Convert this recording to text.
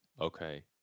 okay